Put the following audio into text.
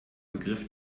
begriff